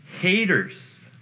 haters